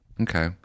Okay